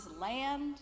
land